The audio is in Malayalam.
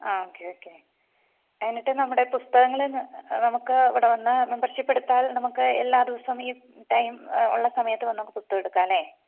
ആ ഓക്കേ ഓക്കെ എന്നിട്ട് നമ്മുടെ പുസ്തകങ്ങൾ നമുക്ക് അവിടെ വന്നാൽ മെമ്പർഷിപ്പെടുത്താൽ നമുക്ക് എല്ലാ ദിവസവും ഈ ടൈം ഉള്ള സമയത്ത് വന്നാൽ നമുക്ക് പുസ്തകം എടുക്കാമല്ലേ